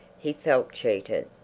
he felt cheated.